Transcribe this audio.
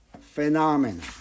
phenomena